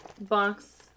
box